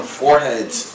foreheads